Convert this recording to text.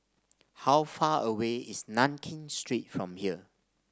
how far away is Nankin Street from here